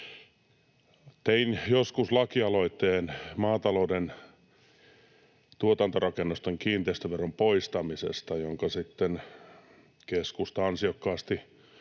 Tein joskus lakialoitteen maatalouden tuotantorakennusten kiinteistöveron poistamisesta, jonka sitten keskusta ansiokkaasti